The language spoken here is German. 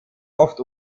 oft